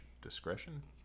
discretion